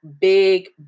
big